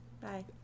Bye